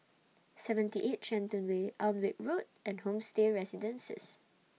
seventy eight Shenton Way Alnwick Road and Homestay Residences